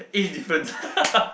it's different